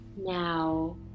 now